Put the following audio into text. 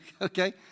Okay